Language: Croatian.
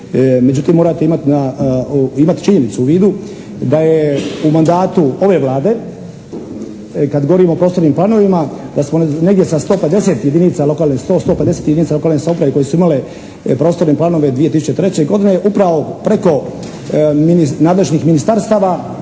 Međutim morate imati na, imati činjenicu u vidu da je u mandatu ove Vlade kada govorimo o prostornim planovima, da smo negdje sa 150 jedinica lokalne, 100, 150 jedinica lokalne samouprave koje su imale prostorne planove 2003. godine upravo preko nadležnih Ministarstava